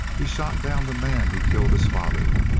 he shot down the man who killed his father.